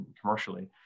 commercially